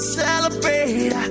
celebrate